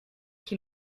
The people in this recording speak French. qui